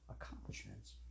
accomplishments